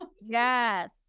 Yes